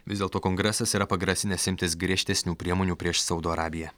vis dėlto kongresas yra pagrasinęs imtis griežtesnių priemonių prieš saudo arabiją